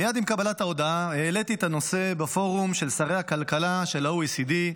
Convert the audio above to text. מייד עם קבלת ההודעה העליתי את הנושא בפורום של שרי הכלכלה של ה-OECD,